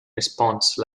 response